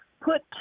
put